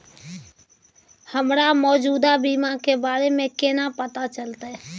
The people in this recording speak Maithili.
हमरा मौजूदा बीमा के बारे में केना पता चलते?